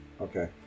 Okay